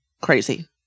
crazy